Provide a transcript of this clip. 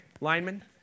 Lineman